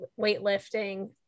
weightlifting